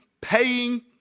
paying